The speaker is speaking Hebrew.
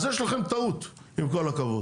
אז יש לכם טעות, עם כל הכבוד.